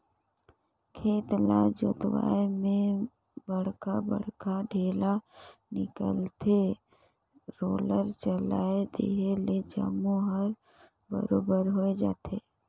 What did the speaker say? खेत ल जोतवाए में बड़खा बड़खा ढ़ेला निकलथे, रोलर चलाए देहे ले जम्मो हर बरोबर होय जाथे